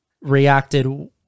reacted